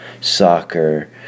soccer